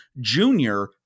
Junior